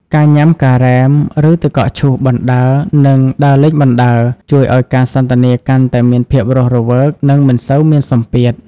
ការញ៉ាំ "ការ៉េម" ឬ "ទឹកកកឈូស" បណ្ដើរ និងដើរលេងបណ្ដើរ ជួយឱ្យការសន្ទនាកាន់តែមានភាពរស់រវើក និងមិនសូវមានសម្ពាធ។